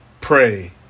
Pray